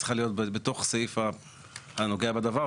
צריכה להיות בתוך סעיף הנוגע בדבר,